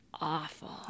awful